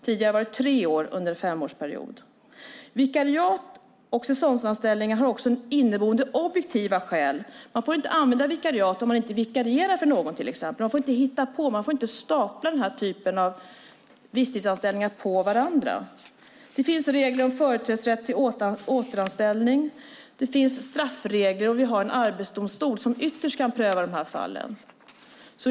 Tidigare var det tre år under en femårsperiod. Det finns också inneboende objektiva skäl för vikariat och säsongsanställningar. Man får inte använda vikariat om det inte är fråga om någon som vikarierar för någon annan. Man får inte hitta på, och man får inte stapla denna typ av visstidsanställningar på varandra. Det finns regler om företrädesrätt till återanställning. Det finns straffregler. Vi har också en arbetsdomstol som ytterst kan pröva dessa fall.